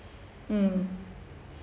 mm